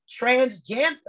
transgender